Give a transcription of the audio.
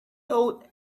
owed